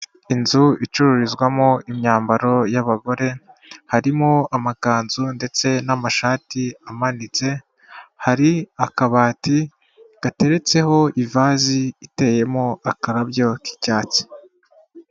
Inzu icururizwamo imyambaro y'abagore, harimo amakanzu ndetse n'amashati amanitse, hari akabati gateretseho ivazi iteyemo akarabyo k'icyatsi.